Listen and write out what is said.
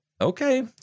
Okay